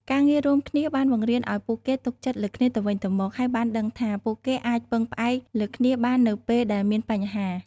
ការងាររួមគ្នាបានបង្រៀនឱ្យពួកគេទុកចិត្តលើគ្នាទៅវិញទៅមក ហើយបានដឹងថាពួកគេអាចពឹងផ្អែកលើគ្នាបាននៅពេលដែលមានបញ្ហា។